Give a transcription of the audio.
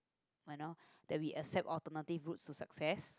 but know that we accept alternative route to success